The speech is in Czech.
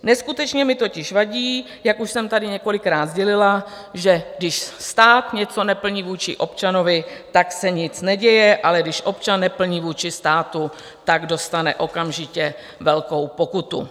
Neskutečně mi totiž vadí, jak už jsem tady několikrát sdělila, že když stát něco neplní vůči občanovi, tak se nic neděje, ale když občan neplní vůči státu, dostane okamžitě velkou pokutu.